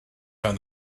found